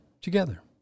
together